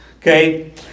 okay